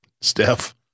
Steph